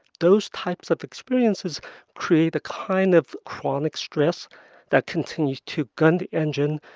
those types of experiences create the kind of chronic stress that continues to gun the engine,